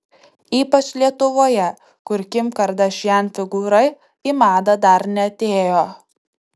ypač lietuvoje kur kim kardashian figūra į madą dar neatėjo